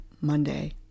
Monday